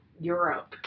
europe